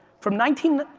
from nineteen,